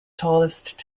tallest